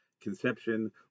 conception